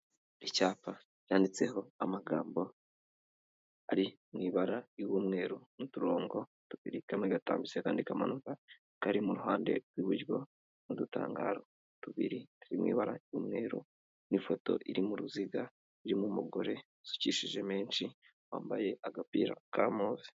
Icyapa yanditseho amagambo ari mu ibara ry'umweru n'uturongo tubiri , kamwe agatambitse kandi kamanuka, kari mu ruhande rw'iburyo ,n'udutangararo tubiri turi mu bara ry'umwe, n'ifoto iri mu ruziga birimo umugore usukishije menshi wambaye agapira ka move.